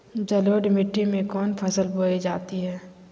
जलोढ़ मिट्टी में कौन फसल बोई जाती हैं?